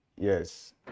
Yes